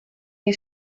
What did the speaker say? nii